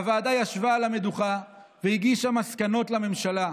הוועדה ישבה על המדוכה והגישה מסקנות לממשלה,